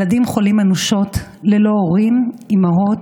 ילדים חולים אנושות ללא הורים, אימהות.